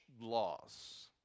laws